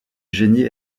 génie